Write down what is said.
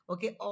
Okay